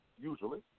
usually